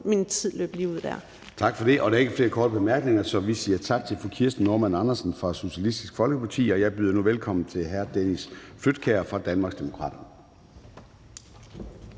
min tid lige ud.